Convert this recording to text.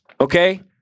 Okay